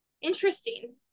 Interesting